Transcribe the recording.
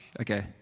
okay